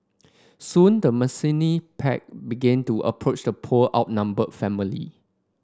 soon the menacing pack began to approach the poor outnumbered family